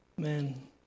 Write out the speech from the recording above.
man